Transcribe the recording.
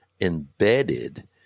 embedded